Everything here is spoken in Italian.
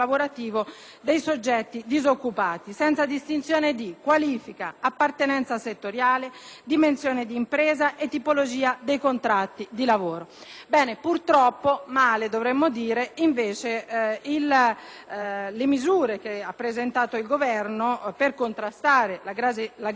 dei soggetti disoccupati, senza distinzione di qualifica, appartenenza settoriale, dimensione d'impresa e tipologia dei contratti di lavoro. Bene (o forse dovremmo dire male), purtroppo le misure presentate dal Governo per contrastare la grave crisi economica